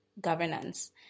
governance